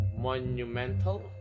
Monumental